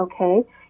okay